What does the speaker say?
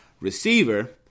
receiver